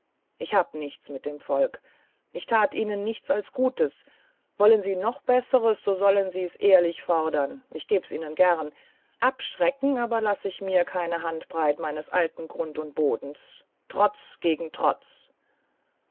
ich hab nichts mit dem volk ich tat ihnen nichts als gutes wollen sie noch besseres sie sollen's ehrlich fordern ich gäb's ihnen gern abschrecken aber laß ich mir keine handbreit meines alten grund und bodens trotz gegen trotz